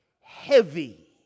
heavy